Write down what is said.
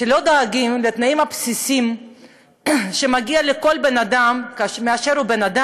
שלא דואגים בו לתנאים הבסיסיים שמגיעים לכל אדם באשר הוא אדם,